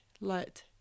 let